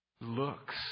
Looks